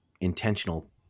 intentional